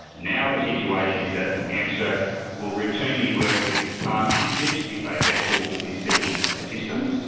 now the situation is that amsa will routinely work with passing and ships if a vessel is seeking assistance,